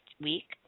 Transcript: week